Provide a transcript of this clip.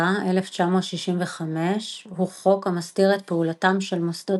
התשכ"ה–1965 הוא חוק המסדיר את פעולתם של מוסדות